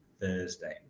Thursday